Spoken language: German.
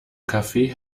kaffee